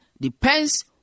depends